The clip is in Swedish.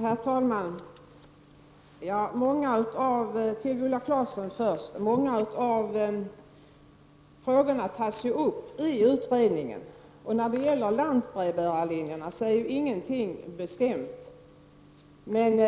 Herr talman! Först några ord till Viola Claesson. Många av frågorna tas ju upp i utredningen, och när det gäller lantbrevbärarlinjerna är ingenting bestämt. Men det